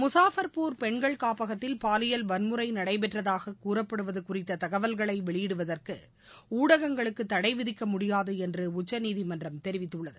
முசாஃப்பர்பூர் பெண்கள் காப்பகத்தில் பாலியல் வன்முறை நடைபெற்றதாக கூறப்படுவது குறித்த தகவல்களை வெளியிடுவதற்கு ஊடகங்களுக்கு தடை விதிக்க முடியாது என்று உச்சநீதிமன்றம் தெரிதிவித்துள்ளது